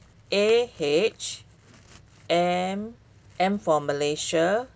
A H M M for malaysia